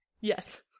Yes